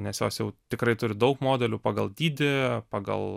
nes jos jau tikrai turi daug modelių pagal dydį pagal